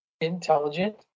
intelligent